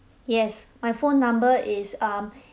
yes my phone number is um